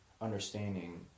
understanding